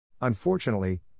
Unfortunately